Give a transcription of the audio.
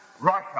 Russia